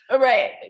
Right